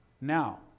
Now